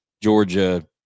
Georgia